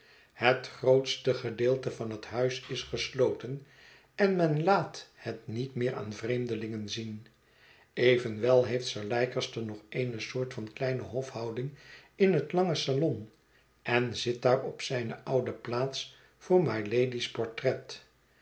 het grootste gedeelte van het huis is gesloten en men laat het niet meer aan vreemdelingen zien evenwel heeft sir leicester nog eene soort van kleine hofhouding in het lange salon en zit daar op zijne oude plaats voor mylady's portret